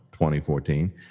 2014